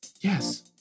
Yes